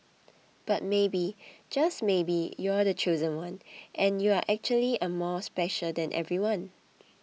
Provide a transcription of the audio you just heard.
but maybe just maybe you're the chosen one and you actually are more special than everyone